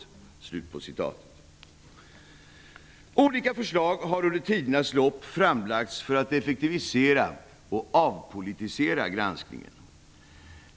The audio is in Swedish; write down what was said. Olika förslag har under tidernas lopp framlagts för att effektivisera och avpolitisera granskningen.